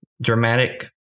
dramatic